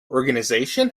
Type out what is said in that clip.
organisation